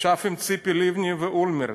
ישב עם ציפי לבני ואולמרט,